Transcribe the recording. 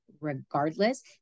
regardless